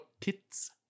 tits